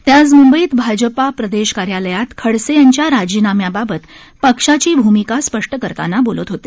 ते आज मुंबईत भाजपा प्रदेश कार्यालयात खडसे यांच्या राजीनाम्याबाबत पक्षाची भूमिका स्पष्ट करताना बोलत होते